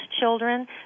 children